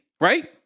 right